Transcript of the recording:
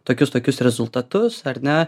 tokius tokius rezultatus ar ne